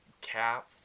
Cap